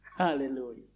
Hallelujah